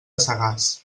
sagàs